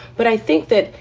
but i think that,